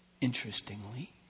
interestingly